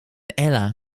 ella